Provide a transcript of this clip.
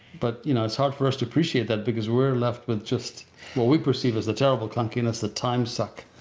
but you know it's hard for us to appreciate that because we're left with just what we perceive as the terrible clunkiness, the time suck.